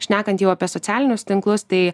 šnekant jau apie socialinius tinklus tai